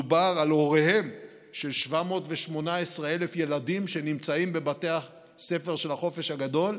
מדובר על הוריהם של 718,000 ילדים שנמצאים בבתי הספר של החופש הגדול,